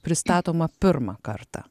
pristatoma pirmą kartą